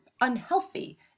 unhealthy